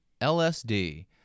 LSD